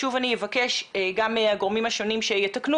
שוב אני אבקש גם מהגורמים השונים שיתקנו